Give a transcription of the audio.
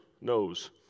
knows